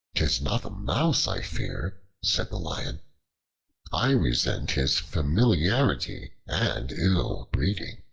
tis not the mouse i fear, said the lion i resent his familiarity and ill-breeding.